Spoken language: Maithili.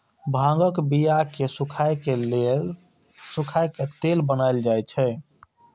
भांगक बिया कें सुखाए के तेल बनाएल जाइ छै